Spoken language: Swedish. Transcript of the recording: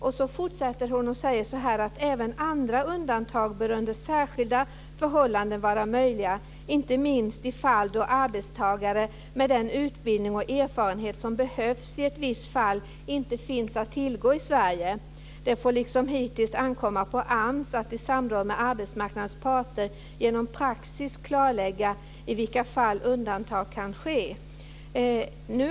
Sedan fortsätter hon: Även andra undantag bör under särskilda förhållanden vara möjliga, inte minst i fall då arbetstagare med den utbildning och erfarenhet som behövs i ett viss fall inte finns att tillgå i Sverige. Det får liksom hittills ankomma på AMS att i samråd med arbetsmarknadens parter genom praxis klarlägga i vilka fall undantag kan ske.